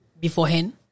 beforehand